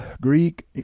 Greek